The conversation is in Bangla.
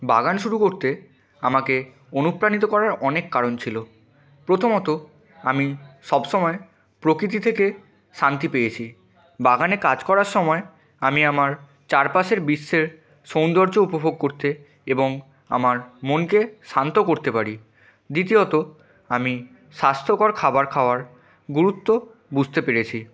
বাগান শুরু করতে আমাকে অনুপ্রাণিত করার অনেক কারণ ছিল প্রথমত আমি সবসময় প্রকৃতি থেকে শান্তি পেয়েছি বাগানে কাজ করার সময় আমি আমার চারপাশের বিশ্বের সৌন্দর্য উপভোগ করতে এবং আমার মনকে শান্ত করতে পারি দ্বিতীয়ত আমি স্বাস্থ্যকর খাবার খাওয়ার গুরুত্ব বুঝতে পেরেছি